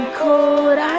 cold